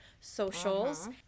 socials